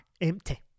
empty